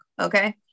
Okay